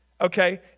Okay